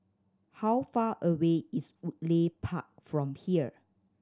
how far away is Woodleigh Park from here